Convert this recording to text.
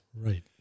Right